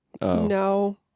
no